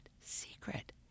secret